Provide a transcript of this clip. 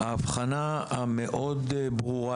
ההבחנה המאוד ברורה,